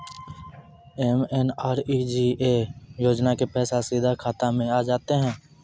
MNREGA योजना के पैसा सीधा खाता मे आ जाते?